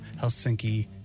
Helsinki